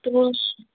تو